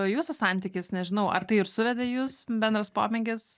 jūsų santykis nežinau ar tai ir suvedė jus bendras pomėgis